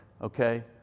okay